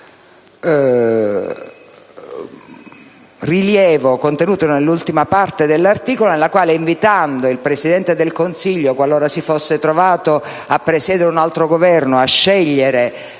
- rilievo contenuto nell'ultima parte dell'articolo, nella quale, invitando il Presidente del Consiglio, qualora si fosse trovato a presiedere un altro Governo, a scegliere